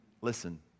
listen